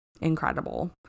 incredible